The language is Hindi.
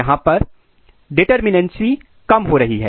यहां पर डिटरमिनएनसी कम हो रही है